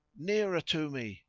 nearer to me,